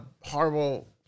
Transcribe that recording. horrible